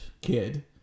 kid